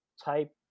type